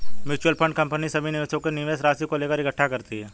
mutual fund company सभी निवेशकों के निवेश राशि को लेकर इकट्ठे करती है